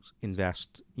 invest